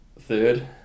third